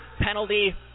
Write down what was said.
penalty